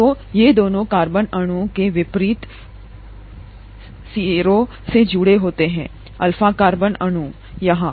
तो ये दोनों कार्बन अणु के विपरीत सिरों से जुड़े होते हैं अल्फा कार्बन अणु यहाँ